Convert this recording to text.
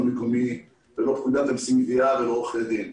מקומי ולא פקודת המיסים (גבייה) ולא עורכי הדין.